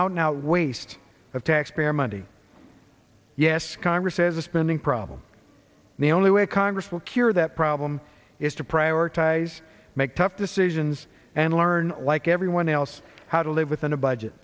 out now waste of taxpayer money yes congress says a spending problem the only way congress will cure that problem is to prioritize make tough decisions and learn like everyone else how to live within a budget